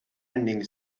ending